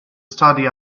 study